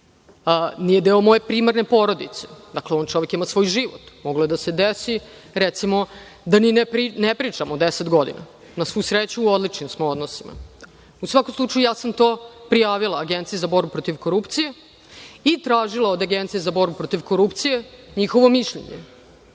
nije deo moje primarne porodice. Dakle, on ima svoj život. Moglo je da se desi da ni ne pričamo deset godina. Na svu sreću, u odličnim smo odnosima. U svakom slučaju, ja sam to prijavila Agenciji za borbu protiv korupcije i tražila od Agencije za borbu protiv korupcije njihovo mišljenje.